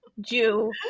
jew